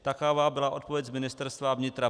Taková byla odpověď z Ministerstva vnitra.